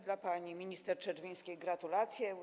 Dla pani minister Czerwińskiej gratulacje.